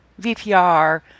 vpr